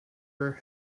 her